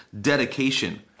dedication